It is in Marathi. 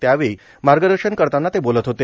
त्यावेळी मार्गदर्शन करताना ते बोलत होते